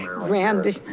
randy